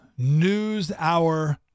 NewsHour